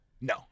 no